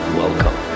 welcome